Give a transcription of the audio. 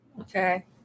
Okay